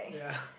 ya